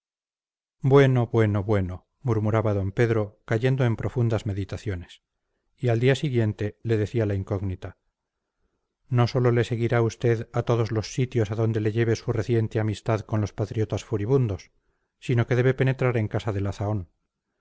bueno señor bueno murmuraba d pedro cayendo en profundas meditaciones y al día siguiente le decía la incógnita no sólo le seguirá usted a todos los sitios a donde le lleve su reciente amistad con los patriotas furibundos sino que debe penetrar en casa de la zahón